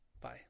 Bye